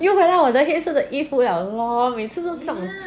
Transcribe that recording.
又回到我黑色的衣服 liao lor 每次都这样讲